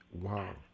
Wow